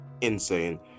insane